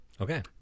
Okay